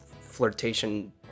flirtation